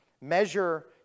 Measure